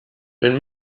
wenn